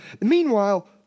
meanwhile